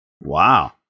Wow